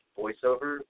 voiceover